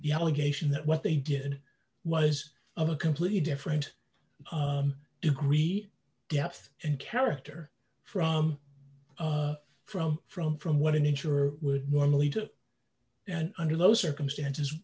the allegation that what they did was of a completely different degree depth and character from from from from what an insurer would normally do and under those circumstances